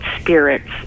spirits